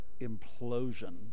implosion